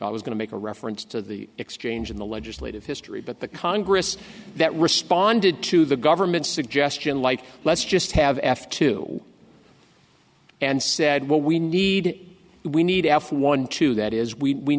i was going to make a reference to the exchange in the legislative history but the congress that responded to the government's suggestion like let's just have f two and said what we need we need f one to that is we